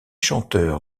chanteur